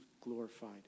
glorified